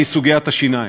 והיא סוגיית השיניים.